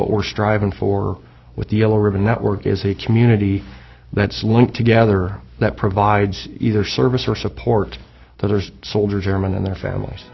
what we're striving for with the yellow ribbon network is a community that's linked together that provides either service or support that are still german and their families